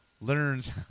learns